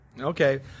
Okay